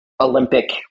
Olympic